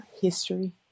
history